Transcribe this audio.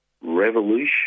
revolution